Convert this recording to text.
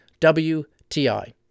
WTI